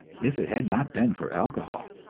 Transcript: if it had not been for alcohol.